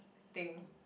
thing